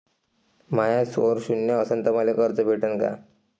माया score शून्य असन तर मले कर्ज भेटन का?